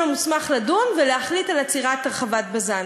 המוסמך לדון ולהחליט על עצירת הרחבת בז"ן,